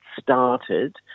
started